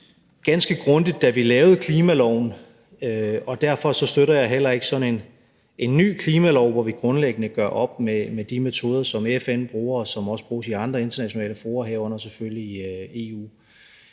vi tog ganske grundigt, da vi lavede klimaloven, og derfor støtter jeg heller ikke sådan en ny klimalov, hvor vi grundlæggende gør op med de metoder, som FN bruger, og som også bruges i andre internationale fora, herunder selvfølgelig EU.